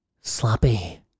sloppy